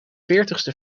veertigste